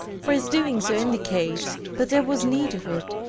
for his doing so indicates that there was need of it,